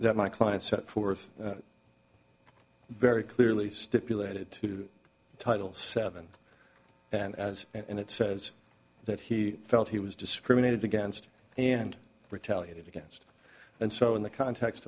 that my client set forth very clearly stipulated to title seven and as and it says that he felt he was discriminated against and retaliated against and so in the context